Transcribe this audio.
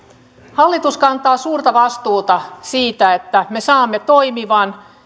hallitus kantaa suurta vastuuta siitä että me saamme toimivaa sekä